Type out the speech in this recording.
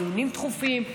דיונים דחופים,